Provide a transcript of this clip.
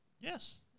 Yes